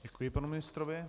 Děkuji panu ministrovi.